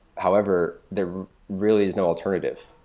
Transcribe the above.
however, there really is no alternative.